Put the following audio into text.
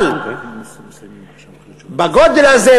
אבל בגודל הזה,